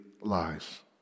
lies